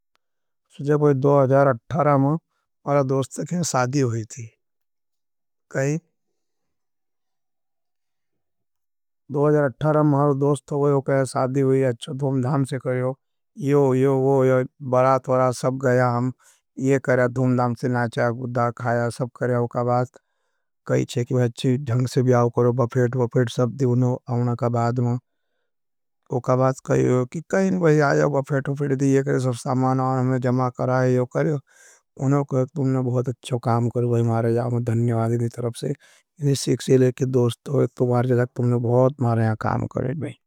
सुझेबोई दो हजार अट्ठारह मारे दोस्ते कहें सादी होई थी, कही दो हजार अट्ठारह मारे दोस्ते कहें सादी होई अच्छा धूमधाम से करेयो यो यो यो बरात वरा सब गया। हम ये करेया धूमधाम से नाचा गुद्धा खाया सब करेया उका बात कहीचे कि ज़ंग से वियाव करो बफेट वफेट दिये करे, सब सामान आउन में जमा कराये यो करे। उन्हों करे तुमने बहुत अच्छा काम करे, वही मारे जावन धन्यवादी नी तरप से, इनसीक्सीले के दोस्तों, तुमने बहुत मारे यहाँ काम करें भी।